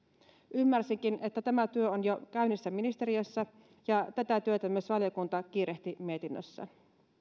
ymmärsinkin että tämä työ on jo käynnissä ministeriössä ja tätä työtä myös valiokunta kiirehti mietinnössä